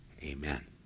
Amen